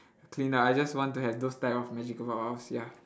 clean ah I just want to have those type of magical powers ya